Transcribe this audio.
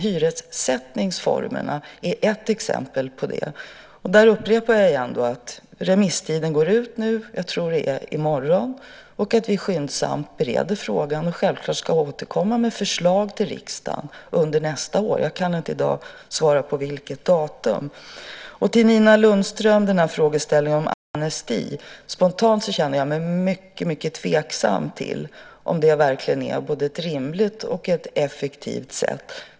Hyressättningsformerna är ett exempel på det. Där upprepar jag igen att remisstiden nu går ut. Jag tror att det är i morgon. Vi bereder frågan skyndsamt. Vi ska självklart återkomma med förslag till riksdagen under nästa år. Jag kan inte i dag svara på vilket datum. Nina Lundström tog upp frågeställningen om amnesti. Spontant känner jag mig mycket tveksam till om det verkligen är både ett rimligt och ett effektivt sätt.